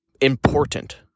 important